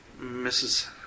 Mrs